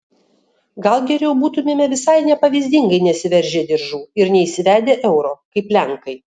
gal geriau būtumėme visai nepavyzdingai nesiveržę diržų ir neįsivedę euro kaip lenkai